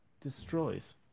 destroys